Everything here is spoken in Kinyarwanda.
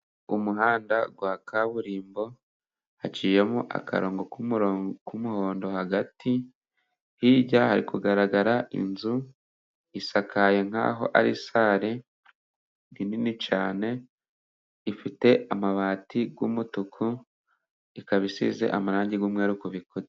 Umuhanda wa kaburimbo haciyemo akarongo k' wumuhondo hagati, hirya hari kugaragara inzu isakaye nkaho ari sale. Ni ni cyane ifite amabati y'umutuku, ikaba isize amarangi y'umweru ku bikuta.